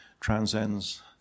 transcends